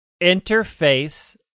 interface